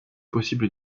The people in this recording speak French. possible